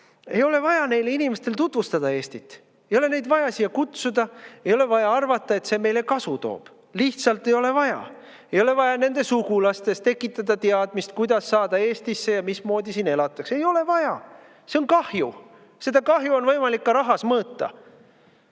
Ei ole vaja neile inimestele tutvustada Eestit. Ei ole neid vaja siia kutsuda, ei ole vaja arvata, et see meile kasu toob! Lihtsalt ei ole vaja! Ei ole vaja nende sugulastes tekitada teadmist, kuidas saada Eestisse ja mismoodi siin elatakse. Ei ole vaja! See on kahju ja seda kahju on võimalik rahas mõõta,